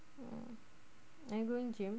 oh are you going gym